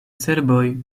serboj